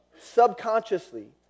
subconsciously